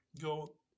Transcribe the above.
go